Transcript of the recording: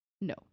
No